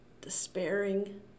despairing